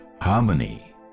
harmony